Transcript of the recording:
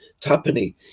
Tapani